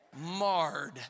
Marred